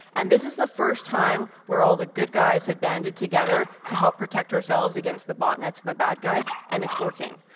and this is the first time where all the good guys have banded together to help protect ourselves against the botnets and the bad guys. and it's working.